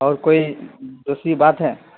اور کوئی دوسری بات ہے